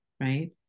right